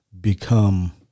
become